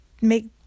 make